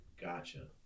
Gotcha